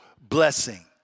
blessing